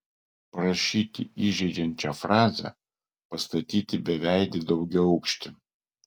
parašyti įžeidžią frazę pastatyti beveidį daugiaaukštį